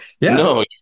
no